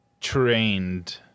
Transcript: trained